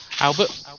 Albert